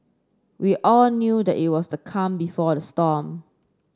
we all knew that it was the calm before the storm